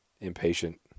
impatient